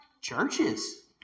churches